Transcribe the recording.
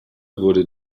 wurde